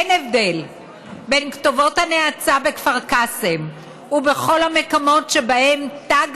אין הבדל בין כתובות הנאצה בכפר קאסם ובכל המקומות שבהם תג